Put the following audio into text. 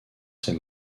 ses